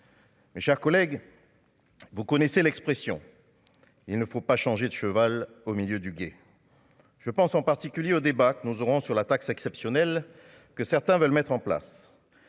Mes chers collègues, vous connaissez l'expression : il ne faut pas changer de cheval au milieu du gué je pense en particulier au débat que nous aurons sur la taxe exceptionnelle que certains veulent mettre en place,